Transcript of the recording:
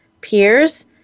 peers